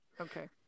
Okay